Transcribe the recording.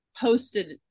posted